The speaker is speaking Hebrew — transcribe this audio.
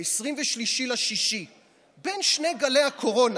ב-23 ביוני,